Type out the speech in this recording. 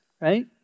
right